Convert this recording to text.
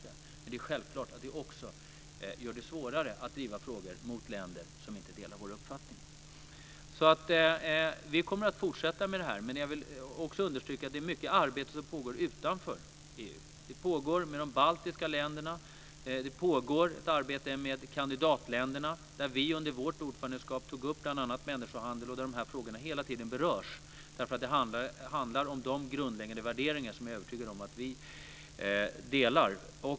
Men det gör det självklart också svårare att driva frågor gentemot länder som inte delar vår uppfattning. Vi kommer att fortsätta med det här. Men jag vill också understryka att det är mycket arbete som pågår utanför EU. Det pågår arbete med de baltiska länderna och med kandidatländerna, där vi under vårt ordförandeskap tog upp bl.a. människohandel. De här frågorna berörs hela tiden, därför att det handlar om de grundläggande värderingar som jag är övertygad om att vi delar.